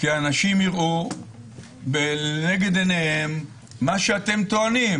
כי אנשים יראו לנגד עיניהם את מה שאתם טוענים,